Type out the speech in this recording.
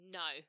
no